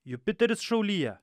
jupiteris šaulyje